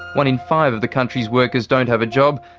one in five of the country's workers don't have a job,